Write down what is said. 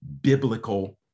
biblical